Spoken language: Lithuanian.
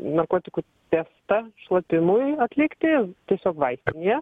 narkotikų testą šlapimui atlikti tiesiog vaistinėje